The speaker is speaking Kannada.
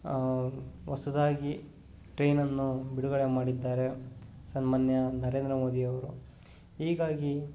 ಹೊಸದಾಗಿ ಟ್ರೈನನ್ನು ಬಿಡುಗಡೆ ಮಾಡಿದ್ದಾರೆ ಸನ್ಮಾನ್ಯ ನರೇಂದ್ರ ಮೋದಿಯವರು ಹೀಗಾಗಿ